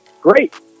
great